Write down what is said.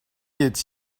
est